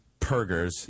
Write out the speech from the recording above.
pergers